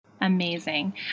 Amazing